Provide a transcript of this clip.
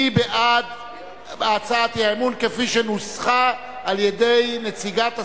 מי בעד הצעת האי-אמון כפי שנוסחה על-ידי נציגת הסיעות,